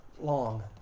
long